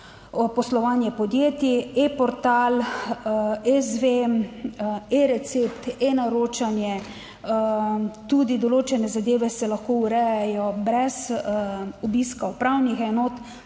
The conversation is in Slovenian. poslovanje podjetij ePortal, zVem, eRecept, eNaročanje, tudi določene zadeve se lahko urejajo brez obiska **79.